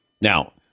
Now